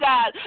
God